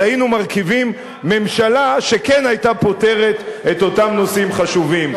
היינו מרכיבים ממשלה שכן היתה פותרת את אותם נושאים חשובים.